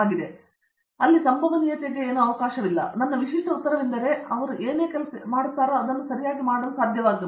ಹಾಗಾಗಿ ನನ್ನ ವಿಶಿಷ್ಟ ಉತ್ತರವೆಂದರೆ ಅವರು ಏನೇ ಕೆಲಸ ಮಾಡುತ್ತಾರೋ ಅವರು ಅದನ್ನು ಮಾಡಲು ಸಾಧ್ಯವಾಗುತ್ತದೆ